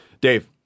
Dave